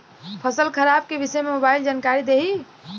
फसल खराब के विषय में मोबाइल जानकारी देही